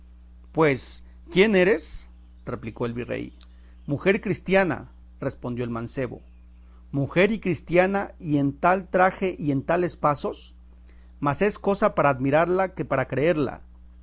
pues qué eres replicó el virrey mujer cristiana respondió el mancebo mujer y cristiana y en tal traje y en tales pasos más es cosa para admirarla que para creerla